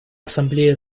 ассамблея